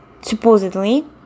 supposedly